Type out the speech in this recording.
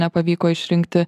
nepavyko išrinkti